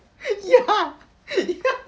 ya ya